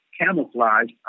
camouflaged